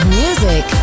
music